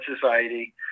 society